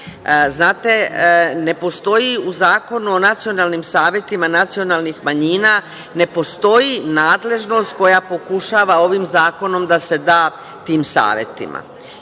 rešenje. Znate, u Zakonu o nacionalnim savetima nacionalnih manjina ne postoji nadležnost koja pokušava ovim zakonom da se da tim savetima.